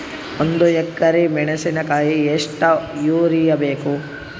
ಒಂದ್ ಎಕರಿ ಮೆಣಸಿಕಾಯಿಗಿ ಎಷ್ಟ ಯೂರಿಯಬೇಕು?